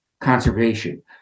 conservation